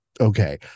okay